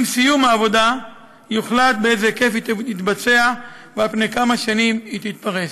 עם סיום העבודה יוחלט באיזה היקף היא תתבצע ועל כמה שנים היא תתפרס.